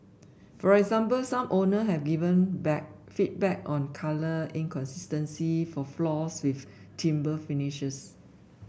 for example some owner have given back feedback on colour inconsistencies for floors with timber finishes